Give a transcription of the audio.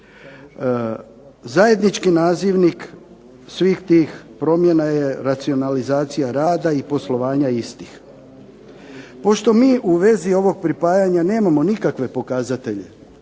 Zajednički nazivnik svih tih promjena je racionalizacija rada i poslovanja istih. Pošto mi u vezi ovog pripajanja nemamo nikakve pokazatelje,